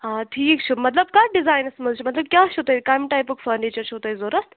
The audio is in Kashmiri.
ہاں ٹھیٖک چھُ مطلب کَتھ ڈِزینس منٛز چھُ مطلب کیٛاہ چھُ تۄہہِ کَمہِ ٹیپُک فٔرنیٖچر چھُو تۄہہِ ضوٚرَتھ